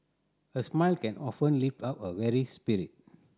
a smile can often lift up a weary spirit